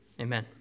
Amen